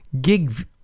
gig